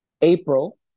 April